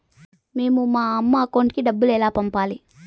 మేము మా అమ్మ అకౌంట్ కి డబ్బులు ఎలా పంపాలి